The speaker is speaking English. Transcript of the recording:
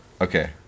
okay